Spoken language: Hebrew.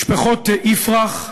משפחות יפרח,